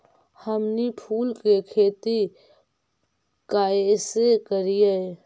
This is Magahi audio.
हमनी फूल के खेती काएसे करियय?